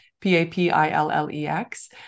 P-A-P-I-L-L-E-X